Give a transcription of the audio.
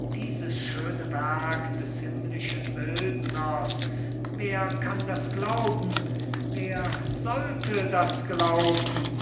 dieses schöne werk des himmlischen bildners wer kann das glauben wer sollte das glauben